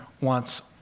wants